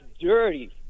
dirty